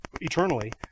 eternally